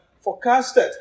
forecasted